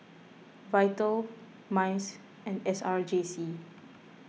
Vital Mice and S R J C